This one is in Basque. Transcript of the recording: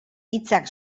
hitzak